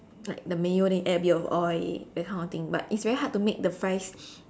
like the mayo then you add a bit of oil that kind of thing but it's very hard to make the fries